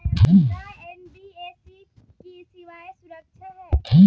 का एन.बी.एफ.सी की सेवायें सुरक्षित है?